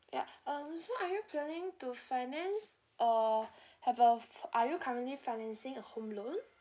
ya um so are you planning to finance uh have a f~ are you currently financing a home loan